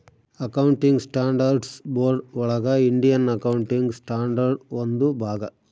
accounting standards board ಒಳಗ Indian accounting standard ಒಂದು ಭಾಗ